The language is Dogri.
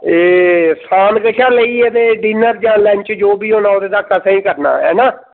एह् धाम कोला लेइयै डिनर लंच जो बी होना असें ई करना ऐ ऐ ना